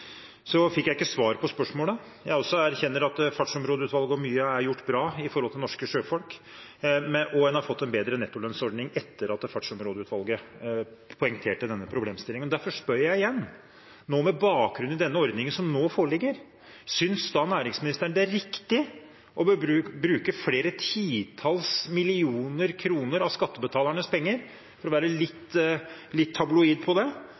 Så fikk jeg ikke svar på spørsmålet. Jeg anerkjenner også Fartsområdeutvalget, og mye er gjort bra for norske sjøfolk, og en har fått en bedre nettolønnsordning etter at Fartsområdeutvalget poengterte denne problemstillingen. Derfor spør jeg igjen, nå med bakgrunn i den ordningen som nå foreligger: Synes næringsministeren det er riktig å bruke flere titalls millioner kroner av skattebetalernes penger – for å være litt tabloid på det